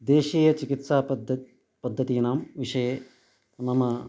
देशीयचिकित्सापद्धतिः पद्धतीनां विषये मम